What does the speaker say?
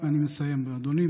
אני מסיים, אדוני.